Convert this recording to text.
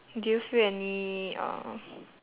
do you feel any uh